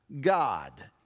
God